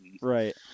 Right